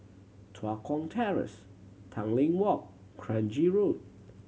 Tua Kong Terrace Tanglin Walk Kranji Road